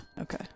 Okay